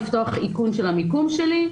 לפתוח איכון של המיקום שלי,